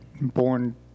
born